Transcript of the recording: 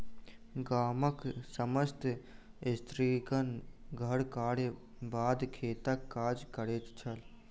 गामक समस्त स्त्रीगण घर कार्यक बाद खेतक काज करैत छल